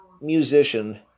musician